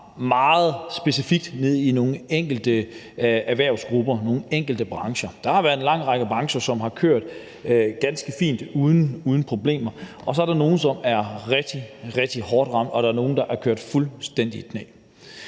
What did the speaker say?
meget specifikt ned i nogle enkelte erhvervsgrupper, nogle enkelte brancher. Der har været en lang række brancher, som har kørt ganske fint uden problemer, og så er der nogle, som er rigtig, rigtig hårdt ramt, og der er nogle, der er kørt fuldstændig i knæ.